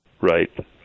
Right